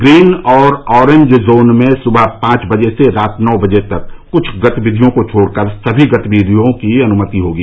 green और orange zone में सुबह पांच बजे से रात नौ बजे तक क्छ गतिविधियों को छोड़कर सभी गतिविधियों की अनुमति होगी